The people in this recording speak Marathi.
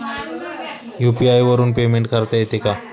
यु.पी.आय वरून पेमेंट करता येते का?